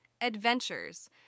adventures